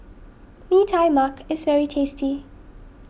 Mee Tai Mak is very tasty